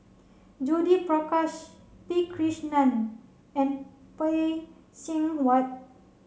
Judith Prakash P Krishnan and Phay Seng Whatt